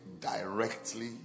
directly